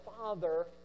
Father